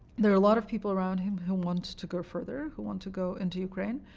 there are a lot of people around him who want to go further, who want to go into ukraine,